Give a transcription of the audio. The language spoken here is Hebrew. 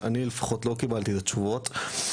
אני לפחות לא קיבלתי את התשובות,